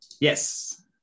Yes